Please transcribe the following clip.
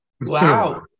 Wow